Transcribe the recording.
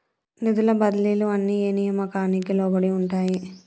నిధుల బదిలీలు అన్ని ఏ నియామకానికి లోబడి ఉంటాయి?